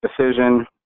decision